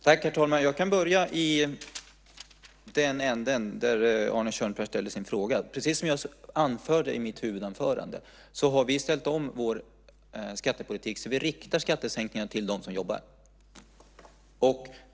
Herr talman! Jag kan börja med den fråga som Arne Kjörnsberg ställde. Precis som jag anförde i mitt huvudanförande har vi ställt om vår skattepolitik så att vi riktar skattesänkningarna till dem som jobbar.